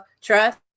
trust